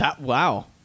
Wow